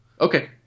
Okay